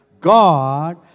God